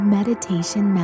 Meditation